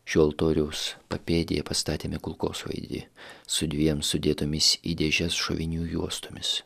šio altoriaus papėdėje pastatėme kulkosvaidį su dviem sudėtomis į dėžes šovinių juostomis